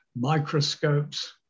microscopes